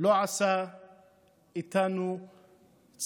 בג"ץ לא עשה איתנו צדק,